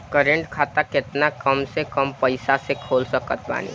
Current खाता केतना कम से कम पईसा से खोल सकत बानी?